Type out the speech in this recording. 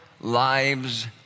lives